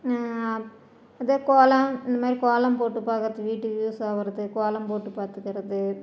இதே கோலம் இந்தமாதிரி கோலம் போட்டு பார்க்கறது வீட்டுக்கு யூஸ் ஆகிறது கோலம் போட்டு பார்த்துக்கிறது